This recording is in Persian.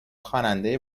خواننده